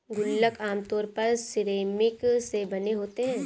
गुल्लक आमतौर पर सिरेमिक से बने होते हैं